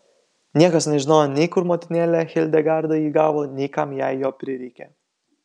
niekas nežinojo nei kur motinėlė hildegarda jį gavo nei kam jai jo prireikė